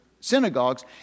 synagogues